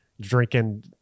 drinking